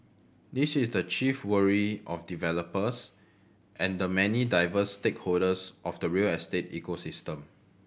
this is the chief worry of developers and the many diverse stakeholders of the real estate ecosystem